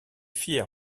fière